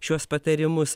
šiuos patarimus